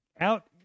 out